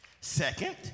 Second